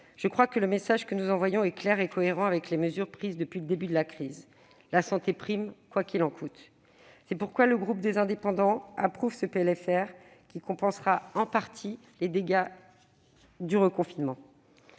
je crois que le message que nous envoyons est clair et cohérent avec les mesures prises depuis le début de la crise : la santé prime, « quoi qu'il en coûte ». C'est pourquoi le groupe Les Indépendants approuve ce PLFR, qui compensera en partie les dégâts du reconfinement.